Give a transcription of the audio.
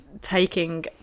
taking